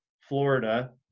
Florida